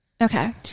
Okay